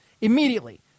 Immediately